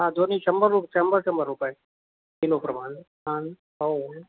हा दोन्ही शंभर रुपये शंभर शंभर रुपये किलो प्रमाणे आणि हो